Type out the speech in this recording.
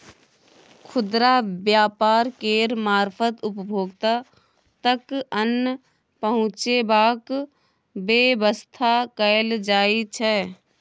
खुदरा व्यापार केर मारफत उपभोक्ता तक अन्न पहुंचेबाक बेबस्था कएल जाइ छै